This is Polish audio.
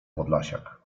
podlasiak